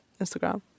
instagram